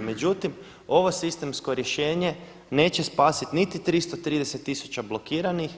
Međutim, ovo sistemsko rješenje neće spasiti niti 330 tisuća blokiranih,